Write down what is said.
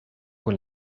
con